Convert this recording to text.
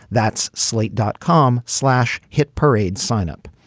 that's slate dot com slash hit parade. sign up.